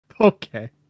Okay